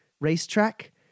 racetrack